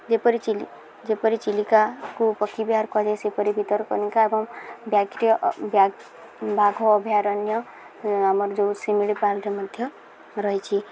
ଯେପରି ଚିଲି ଯେପରି ଚିଲିକାକୁ ପକ୍ଷୀ ବିହାର କୁହାଯାଏ ସେପରି ଭିତରକନିକା ଏବଂ ବ୍ୟାଗ୍ରିୟ ବାଘ ଅଭୟାରଣ୍ୟ ଆମର ଯେଉଁ ଶିମିଳିପାଲରେ ମଧ୍ୟ ରହିଛି